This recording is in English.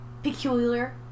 Peculiar